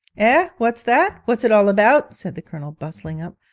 ah, what's that what's it all about said the colonel, bustling up,